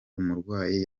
umurwayi